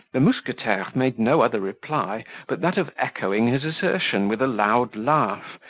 the mousquetaire made no other reply, but that of echoing his assertion with a loud laugh,